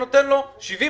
אתה נותן לו 70%,